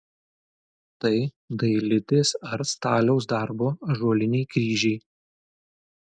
tai dailidės ar staliaus darbo ąžuoliniai kryžiai